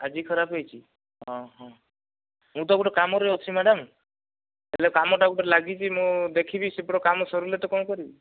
ଆଜି ଖରାପ ହେଇଛି ହଁ ହଁ ମୁଁ ତ ଗୋଟିଏ କାମରେ ଅଛି ମ୍ୟାଡାମ ହେଲେ କାମ ତା ଉପରେ ଲାଗିଛି ମୁଁ ଦେଖିବି ସେପଟେ କାମ ସରିଲେ ତ କଣ କରିବି